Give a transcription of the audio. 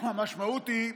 המשמעות היא,